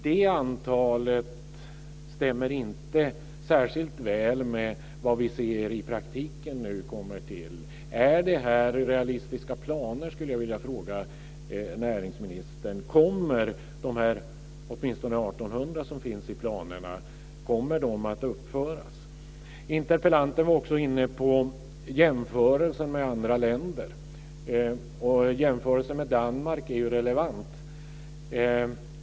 Detta antal stämmer inte särskilt väl med vad vi nu ser i praktiken. Är det här realistiska planer? Kommer åtminstone de 1 800 vindkraftverk som finns i planerna att uppföras. Interpellanten var också inne på jämförelser med andra länder. Jämförelsen med Danmark är ju relevant.